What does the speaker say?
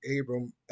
Abram